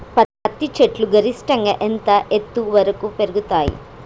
పత్తి చెట్లు గరిష్టంగా ఎంత ఎత్తు వరకు పెరుగుతయ్?